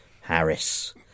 Harris